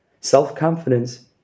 Self-confidence